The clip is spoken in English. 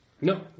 No